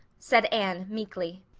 said anne meekly.